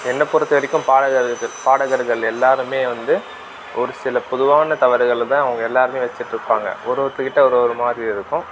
என்னை பொறுத்த வரைக்கும் பாடகர்களுக்கு பாடகர்கள் எல்லோருமே வந்து ஒரு சில பொதுவான தவறுகளை தான் அவங்க எல்லோருமே வச்சுட்டுருப்பாங்க ஒரு ஒருத்தர் கிட்ட ஒரு ஒரு மாதிரி இருக்கும்